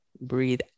Breathe